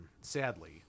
sadly